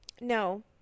No